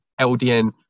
LDN